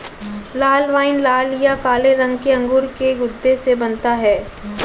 लाल wine लाल या काले रंग के अंगूर के गूदे से बनता है